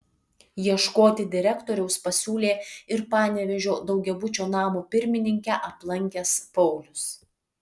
ieškoti direktoriaus pasiūlė ir panevėžio daugiabučio namo pirmininkę aplankęs paulius